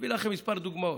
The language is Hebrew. אביא לכם כמה דוגמאות,